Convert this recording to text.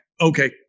okay